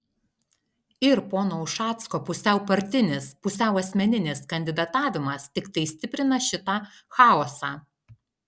ir pono ušacko pusiau partinis pusiau asmeninis kandidatavimas tiktai stiprina šitą chaosą